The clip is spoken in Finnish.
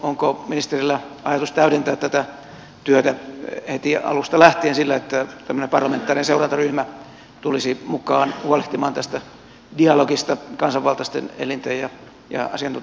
onko ministerillä ajatus täydentää tätä työtä heti alusta läh tien sillä että tällainen parlamentaarinen seurantaryhmä tulisi mukaan huolehtimaan tästä dialogista kansanvaltaisten elinten ja asiantuntijavalmistelun välillä